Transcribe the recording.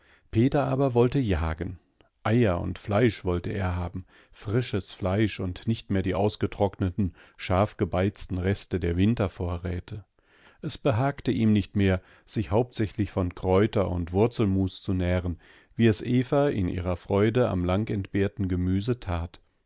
peter aber wollte jagen eier und fleisch wollte er haben frisches fleisch und nicht mehr die ausgetrockneten scharfgebeizten reste der wintervorräte es behagte ihm nicht mehr sich hauptsächlich von kräuter und wurzelmus zu nähren wie es eva in ihrer freude am langentbehrten gemüse tat